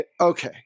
Okay